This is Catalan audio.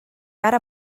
ara